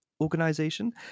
Organization